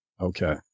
Okay